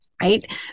right